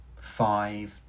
five